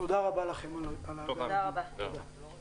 תודה רבה לכם